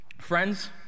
friends